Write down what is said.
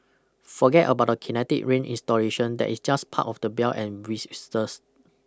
forget about that kinetic rain installation that is just part of the bell and whistles